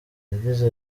yagize